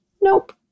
Nope